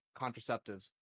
contraceptives